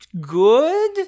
good